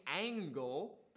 angle